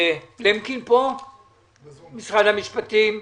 מר למקין ממשרד המשפטים פה?